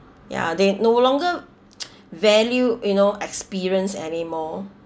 ya they no longer valued you know experience anymore